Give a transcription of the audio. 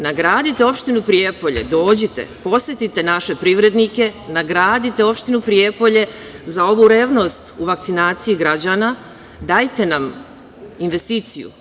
Nagradite opštinu Prijepolje, dođite, posetite naše privrednike, nagradite opštinu Prijepolje za ovu revnost u vakcinaciji građana, dajte nam investiciju.